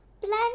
plant